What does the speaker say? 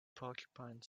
porcupine